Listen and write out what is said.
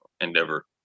endeavor